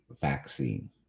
vaccine